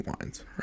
wines